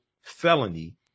felony